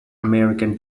american